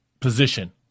position